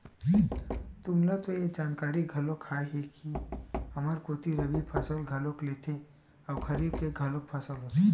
तुमला तो ये जानकारी घलोक हावे ही के हमर कोती रबि फसल घलोक लेथे अउ खरीफ के घलोक फसल होथे